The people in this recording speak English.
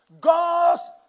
God's